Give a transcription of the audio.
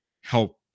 help